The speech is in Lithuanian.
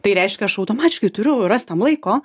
tai reiškia aš automatiškai turiu rast tam laiko